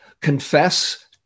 confess